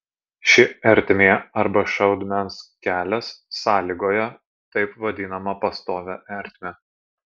ši ertmė arba šaudmens kelias sąlygoja taip vadinamą pastovią ertmę